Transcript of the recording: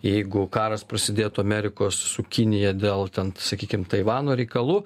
jeigu karas prasidėtų amerikos su kinija dėl ten sakykim taivano reikalų